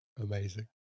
amazing